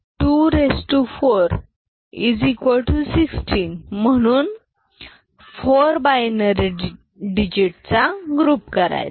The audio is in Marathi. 24 16 म्हणून 4 बायनरी डिजिट चा ग्रुप करायचा